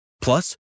Plus